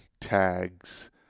tags